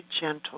gentle